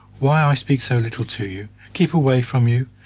why i speak so little to you, keep away from you,